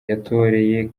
yatoreye